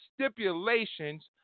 stipulations